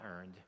earned